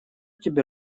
тебе